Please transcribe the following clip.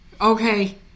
Okay